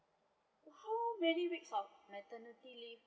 how many weeks of maternity leave